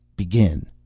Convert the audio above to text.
begin.